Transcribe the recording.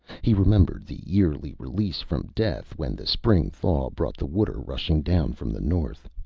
he remembered the yearly release from death when the spring thaw brought the water rushing down from the north.